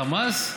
חמאס.